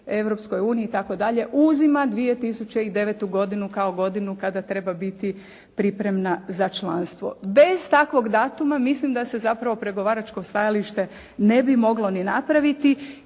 Europskoj uniji itd. uzima 2009. godinu kao godinu kada treba biti pripremna za članstvo. Bez takvog datuma mislim da se zapravo pregovaračko stajalište ne bi moglo ni napraviti